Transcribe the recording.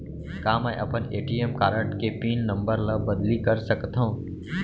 का मैं अपन ए.टी.एम कारड के पिन नम्बर ल बदली कर सकथव?